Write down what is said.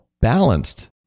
balanced